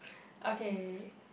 okay